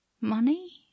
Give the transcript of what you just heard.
money